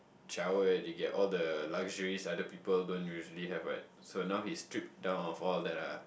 childhood you get all the luxuries other people don't usually have right so now he strip down of all the